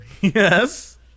yes